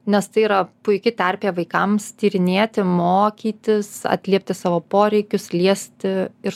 nes tai yra puiki terpė vaikams tyrinėti mokytis atliepti savo poreikius liesti ir